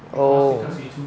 oh